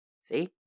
see